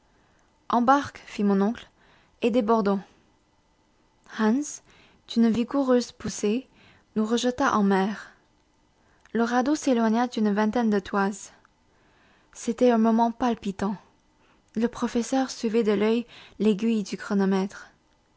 embarque fit mon oncle et débordons hans d'une vigoureuse poussée nous rejeta en mer le radeau s'éloigna d'une vingtaine de toises c'était un moment palpitant le professeur suivait de l'oeil l'aiguille du chronomètre